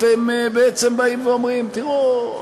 אתם בעצם באים ואומרים: תראו,